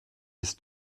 ist